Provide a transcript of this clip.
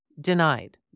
Denied